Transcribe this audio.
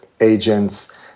agents